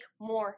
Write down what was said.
more